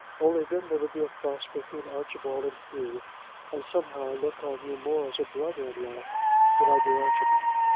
only then there would be a fuss between archibald and hugh and somehow i look on you more as a brother-in-law than i do archibald.